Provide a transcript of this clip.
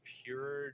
pure